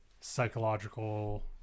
psychological